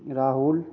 Rahul